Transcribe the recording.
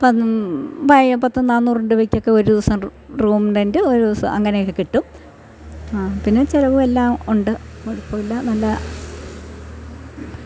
പത്തും നാന്നൂറ് രൂപയ്ക്ക് ഒക്കെ ഒരു ദിവസം റൂം റെൻ്റ് ഒരു ദിവസം അങ്ങനെയൊക്കെ കിട്ടും ആ പിന്നെ ചെലവും എല്ലാം ഉണ്ട് കുഴപ്പം ഇല്ല നല്ല